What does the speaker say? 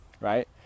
right